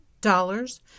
dollars